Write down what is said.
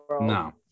No